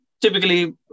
Typically